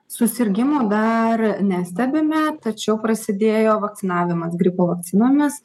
susirgimų dar nestebime tačiau prasidėjo vakcinavimas gripo vakcinomis